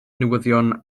newyddion